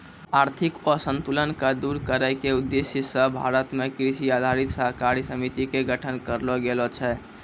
आर्थिक असंतुल क दूर करै के उद्देश्य स भारत मॅ कृषि आधारित सहकारी समिति के गठन करलो गेलो छै